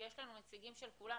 יש לנו נציגים של כולם,